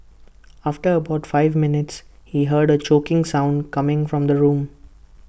after about five minutes he heard A choking sound coming from the room